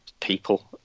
people